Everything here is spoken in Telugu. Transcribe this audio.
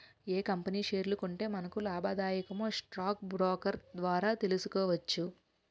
ఏ కంపెనీ షేర్లు కొంటే మనకు లాభాదాయకమో స్టాక్ బ్రోకర్ ద్వారా తెలుసుకోవచ్చు